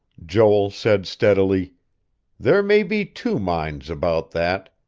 joel said steadily there may be two minds about that.